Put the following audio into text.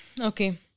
Okay